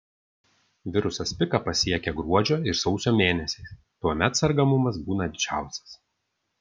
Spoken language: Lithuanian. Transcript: virusas piką pasiekią gruodžio ir sausio mėnesiais tuomet sergamumas būna didžiausias